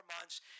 months